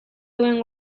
duen